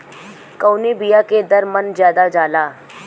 कवने बिया के दर मन ज्यादा जाला?